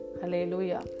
Hallelujah